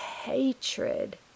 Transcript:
hatred